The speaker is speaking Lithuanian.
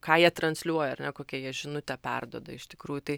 ką jie transliuoja ar ne kokie jie žinutę perduoda iš tikrųjų tai